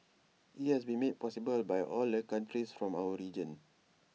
IT has been made possible by all the countries from our region